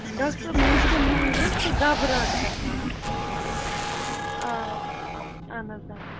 doctor صٲب مےٚ حظ چھِ مٔنٛزۍ حظ سُہ گَبراہٹ گژھان آ اہَن حظ آ